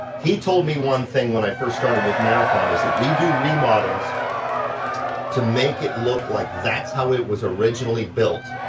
he told me one thing when i first started with marathon is that we do remodels to make it look like that's how it was originally built.